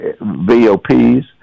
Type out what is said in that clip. VOPs